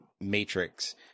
matrix